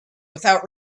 without